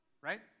right